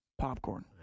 Popcorn